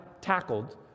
tackled